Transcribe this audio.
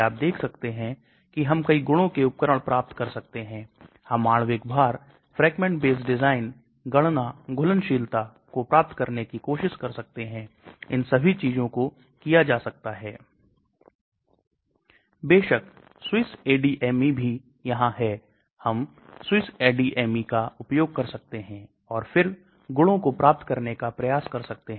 इसलिए हमेशा भोजन और दवा के बीच एक प्रतिस्पर्धा होती है और वे दोनों इस पारगम्यता के दौरान एक विलक्षण तरीके से व्यवहार करना शुरू करते हैं इसलिए कभी कभी डॉक्टर कहते हैं दवा को भोजन से पहले लें दवा को भोजन के बाद में ले क्योंकि बे एक ही प्रसार के माध्यम से GI के द्वारा प्रतिस्पर्धा करना शुरू कर देते हैं